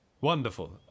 Wonderful